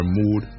mood